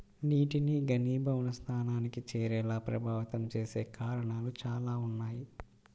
నీటిని ఘనీభవన స్థానానికి చేరేలా ప్రభావితం చేసే కారణాలు చాలా ఉన్నాయి